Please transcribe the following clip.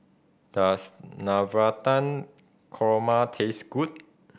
does Navratan Korma taste good